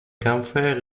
campfire